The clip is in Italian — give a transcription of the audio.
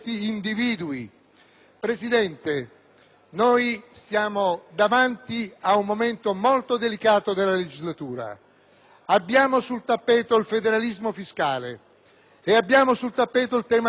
Presidente, noi siamo davanti a un momento molto delicato della legislatura. Abbiamo sul tappeto il federalismo fiscale e il tema della giustizia.